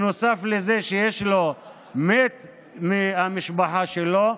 נוסף לזה שיש לו מת מהמשפחה שלו,.